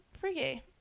freaky